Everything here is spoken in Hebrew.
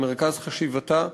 במרכז חשיבתה.